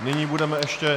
Nyní budeme ještě...